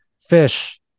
Fish